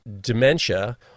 dementia